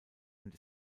und